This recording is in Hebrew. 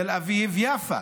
תל אביב יפא,